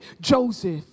Joseph